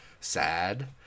sad